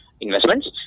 investments